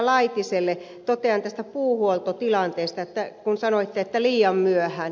laitiselle totean tästä puuhuoltotilanteesta kun sanoitte että liian myöhään